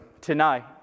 tonight